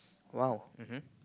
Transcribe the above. !wow! mmhmm